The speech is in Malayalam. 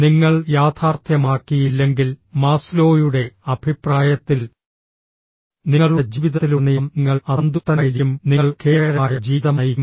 നിങ്ങൾ യാഥാർത്ഥ്യമാക്കിയില്ലെങ്കിൽ മാസ്ലോയുടെ അഭിപ്രായത്തിൽ നിങ്ങളുടെ ജീവിതത്തിലുടനീളം നിങ്ങൾ അസന്തുഷ്ടനായിരിക്കും നിങ്ങൾ ഖേദകരമായ ജീവിതം നയിക്കും